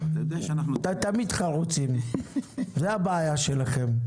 אתם תמיד חרוצים, זה הבעיה שלכם.